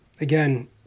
Again